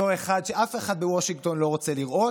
אותו אחד שאף אחד בוושינגטון לא רוצה לראות.